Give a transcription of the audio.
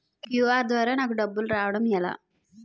QR ద్వారా నాకు డబ్బులు రావడం ఎలా?